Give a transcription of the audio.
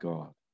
God